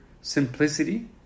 simplicity